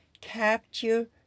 capture